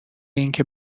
اینکه